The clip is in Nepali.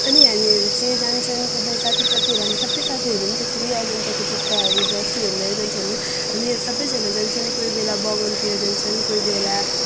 अनि हामीहरू चाहिँ जान्छौँ कुद्नु साथीसाथीहरू हामी सबै साथीहरू पनि त्यसरी अजन्ताको जुत्ताहरू जर्सीहरू लिएर जान्छौँ होइन हामीहरू सबैजना जान्छौँ कोही बेला बगानतिर जान्छौँ कोही बेला